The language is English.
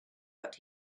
but